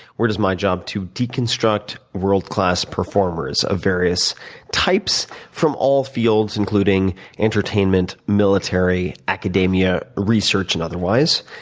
where it is my job to deconstruct world class performers of various types from all fields including entertainment, military, academia, research, and otherwise,